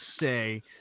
say